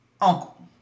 Uncle